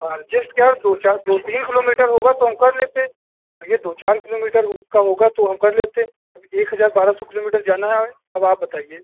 adjust क्या दो चार दो तीन किलोमीटर होगा तो हम कर लेते भैया दो चार किलोमीटर का होगा तो हम कर लेते अब एक हजार बारह सौ किलोमीटर जाना है अब आप बताइए